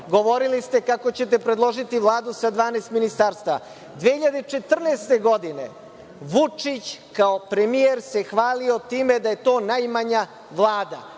govorili ste kako ćete predložiti Vladu sa 12 ministarstava. Godine 2014. Vučić kao premijer se hvalio time da je to najmanja vlada